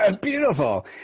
Beautiful